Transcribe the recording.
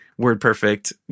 WordPerfect